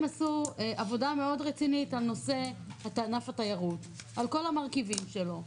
עשו עבודה מאוד רצינית על נושא ענף התיירות על כל המרכיבים שלו.